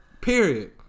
Period